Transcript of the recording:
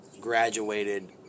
graduated